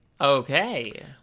Okay